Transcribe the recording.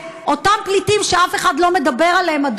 אותם פליטים שאף אחד לא מדבר עליהם,